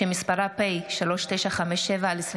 שמספרה פ/3957/25.